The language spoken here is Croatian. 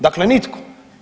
Dakle, nitko.